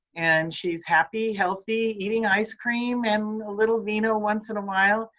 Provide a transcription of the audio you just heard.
and she's happy, healthy eating ice cream and a little vino once in a while.